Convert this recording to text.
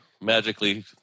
magically